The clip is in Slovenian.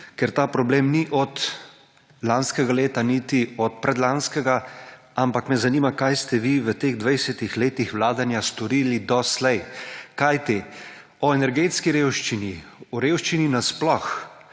Ker ta problem ni od lanskega leta, niti od predlanskega, ampak me zanima, kaj ste vi v teh dvajsetih letih vladanja storili doslej. Kajti o energetski revščini, o revščini nasploh